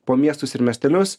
po miestus ir miestelius